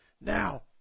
now